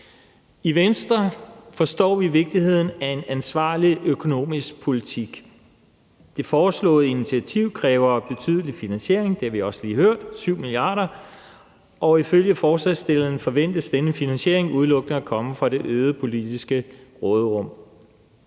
I Venstre forstår vi vigtigheden af en ansvarlig økonomisk politik. Det foreslåede initiativ kræver betydelig finansiering. Det har vi også lige hørt – 7 mia. kr. Ifølge forslagsstillerne forventes denne finansiering udelukkende at komme fra det øgede politiske råderum.